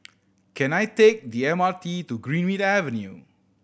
can I take the M R T to Greenmead Avenue